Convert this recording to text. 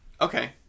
Okay